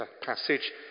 passage